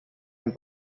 del